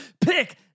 Pick